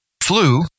flu